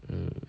mm